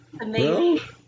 Amazing